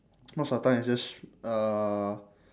most of the time it's just uh